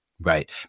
Right